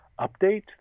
update